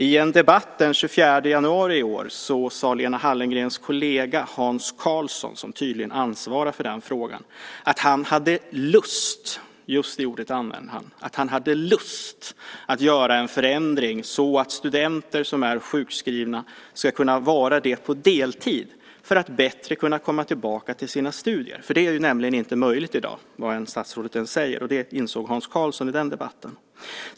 I en debatt den 24 januari i år sade Lena Hallengrens kollega, Hans Karlsson, som tydligen ansvarar för den frågan, att han hade lust - just det ordet använde han - att göra en förändring så att studenter som är sjukskrivna ska kunna vara det på deltid för att bättre kunna komma tillbaka till sina studier. Det är nämligen inte möjligt i dag, vad statsrådet än säger. Det insåg Hans Karlsson i den debatten.